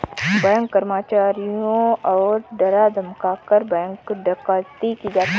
bank कर्मचारियों को डरा धमकाकर, बैंक डकैती की जाती है